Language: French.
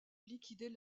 liquider